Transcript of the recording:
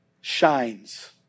shines